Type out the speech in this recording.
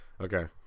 Okay